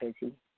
busy